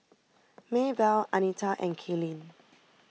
Maebelle Anita and Kaylene